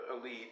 elite